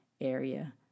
area